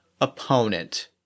opponent